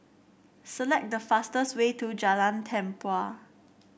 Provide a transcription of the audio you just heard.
select the fastest way to Jalan Tempua